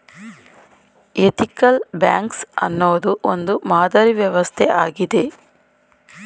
ethical banks ಅನ್ನೋದು ಒಂದು ಮಾದರಿ ವ್ಯವಸ್ಥೆ ಆಗಿದೆ